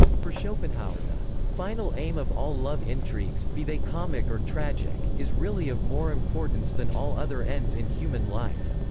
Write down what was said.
for schopenhauer the final aim of all love intrigues, be they comic or tragic, is really of more importance than all other ends in human life.